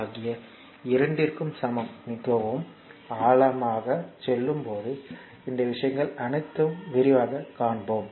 ஆகிய இரண்டிற்கும் சமம் மிகவும் ஆழமாகச் செல்லும் போது இந்த விஷயங்கள் அனைத்தையும் விரிவாகக் காண்போம்